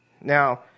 Now